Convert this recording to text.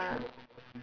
ya